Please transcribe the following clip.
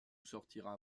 sortira